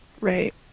right